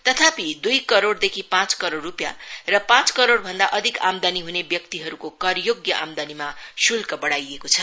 तथापि दुई करोड़देखि पाँच करोड़ रूपियाँ र पाँच करोड़भन्दा अधिक आमदानी हुने व्यक्तिहरूको करयोग्य आमदानीमा शुल्क बढ़ाएको छ